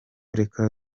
reka